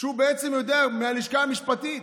שהוא בעצם מהלשכה המשפטית.